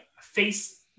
face